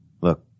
look